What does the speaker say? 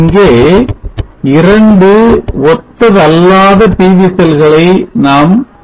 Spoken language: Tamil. இங்கே 2 ஒத்ததல்லாத PV செல்களை நாம் காண்கிறோம்